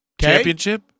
Championship